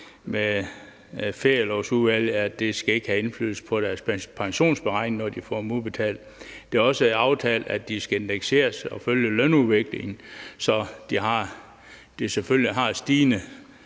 i Ferielovsudvalget, at det ikke skal have indflydelse på ens pensionsberegninger, når man får dem udbetalt. Det er også aftalt, at de skal indekseres og følge lønudviklingen, så de selvfølgelig har en